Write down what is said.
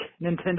Nintendo